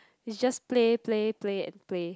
it's just play play play and play